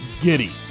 giddy